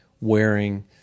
wearing